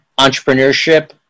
entrepreneurship